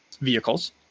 vehicles